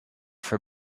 for